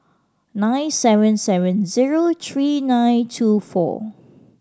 nine seven seven zero three nine two four